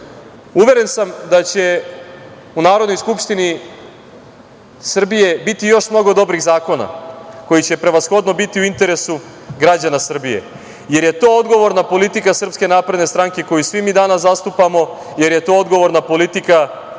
Evrope. Uveren sam da će u Narodnoj skupštini Srbije biti još mnogo dobrih zakona koji će prevashodno biti u interesu građana Srbije, jer je to odgovorna politika SNS, koju svi mi danas zastupamo, jer je to odgovorna politika predsednika Aleksandra